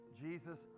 Jesus